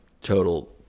total